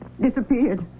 Disappeared